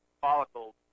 follicles